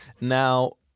Now